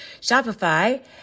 Shopify